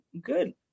good